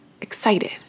excited